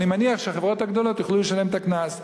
אני מניח שהחברות הגדולות יוכלו לשלם את הקנס.